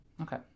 Okay